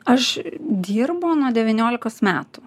aš dirbu nuo devyniolikos metų